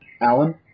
Alan